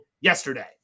yesterday